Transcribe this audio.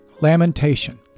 lamentation